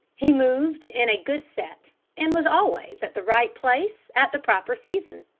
he moved in a good set and was always at the right place at the proper season.